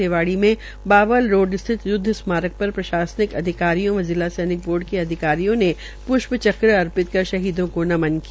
रिवाड़ी में बावल रोड स्थित युदव स्मारक पर प्रशासनिक अधिकारियों व जिला सैनिक बोर्ड के अधिकारियों ने प्ष्प चक्र अर्पित कर शहीदों को नमन किया